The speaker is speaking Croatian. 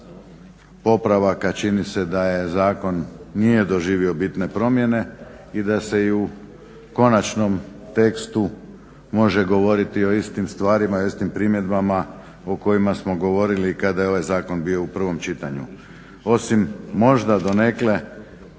popravaka čini se da zakon nije doživio bitne promjene i da se i u konačnom tekstu može govoriti o istim stvarima i o istim primjedbama o kojima smo govorili kada je ovaj zakon bio u prvom čitanju, osim možda donekle